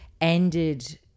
Ended